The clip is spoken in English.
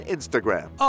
Instagram